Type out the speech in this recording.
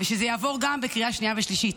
ושזה יעבור גם בקריאה שנייה ושלישית.